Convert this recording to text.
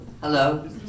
Hello